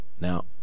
Now